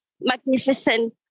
magnificent